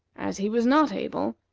as he was not able,